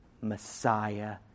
Messiah